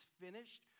Finished